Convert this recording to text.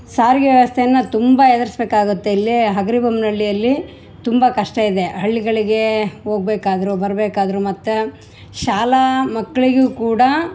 ಸಾರಿಗೆ ವ್ಯವಸ್ಥೆನ ತುಂಬ ಎದುರಿಸ್ಬೇಕಾಗತ್ತೆ ಇಲ್ಲಿ ಹಗರಿಬೊಮ್ನಳ್ಳಿಯಲ್ಲಿ ತುಂಬ ಕಷ್ಟ ಇದೆ ಹಳ್ಳಿಗಳಿಗೆ ಹೋಗಬೇಕಾದ್ರು ಬರಬೇಕಾದ್ರು ಮತ್ತು ಶಾಲಾ ಮಕ್ಕಳಿಗು ಕೂಡ